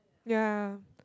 ya